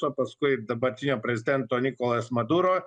o paskui dabartinio prezidento nikolas maduro